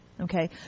okay